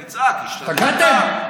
תצעק, השתגעת?